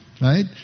right